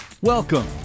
Welcome